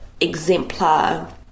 exemplar